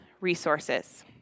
resources